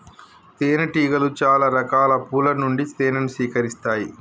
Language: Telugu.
తేనె టీగలు చాల రకాల పూల నుండి తేనెను సేకరిస్తాయి